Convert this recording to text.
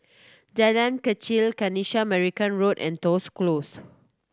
Jalan Kechil Kanisha Marican Road and Toh Close